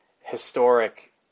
historic